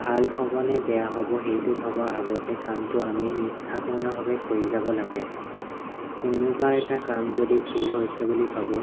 ভাল হ'বনে বেয়া হ'ব সেইটো ভবাৰ আগতে কামটো আমি নিষ্ঠাপূৰ্ণভাৱে কৰি যাব লাগে কোনোবা এটা কাম যদি ভুল হৈছে বুলি ভাবোঁ